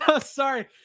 Sorry